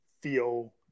feel